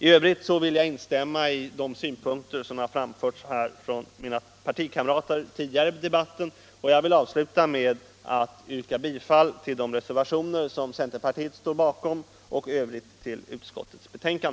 I övrigt vill jag instämma i de synpunkter som har framförts av mina partikamrater tidigare i debatten. Jag vill'avsluta mitt anförande med att yrka bifall till de reservationer som centerpartiet står bakom och i övrigt till utskottets hemställan.